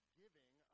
giving